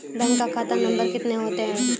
Bank का खाता number कितने होते हैं?